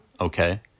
Okay